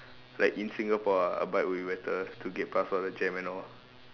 like in Singapore ah a bike will be better to get past the jam and all